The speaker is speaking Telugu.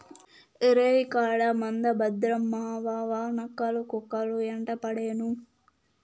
రేయికాడ మంద భద్రం మావావా, నక్కలు, కుక్కలు యెంటపడేను